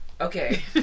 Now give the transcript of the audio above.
Okay